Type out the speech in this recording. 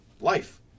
life